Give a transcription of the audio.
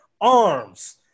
arms